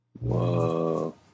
Whoa